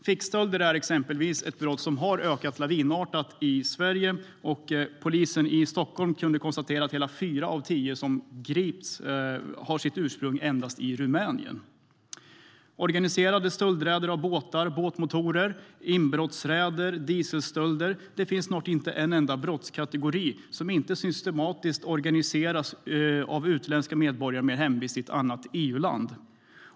Fickstölder är exempelvis ett brott som har ökat lavinartat i Sverige, och polisen i Stockholm kunde konstatera att hela fyra av tio som grips har sitt ursprung i Rumänien. Organiserade stölder av båtar och båtmotorer, inbrottsräder, dieselstölder - det finns snart inte en enda brottskategori som inte systematiskt organiseras av utländska medborgare med hemvist i annat EU-land.